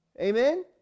Amen